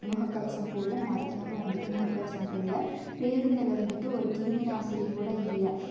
முகக்கவசம் போடல நடத்துநரும் வந்துட்டு முகக்கவசம் போடல பேருந்தில் வந்துட்டு ஒரு கிருமிநாசினி கூட இல்லை